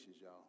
y'all